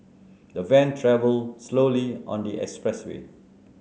the van travel slowly on the express way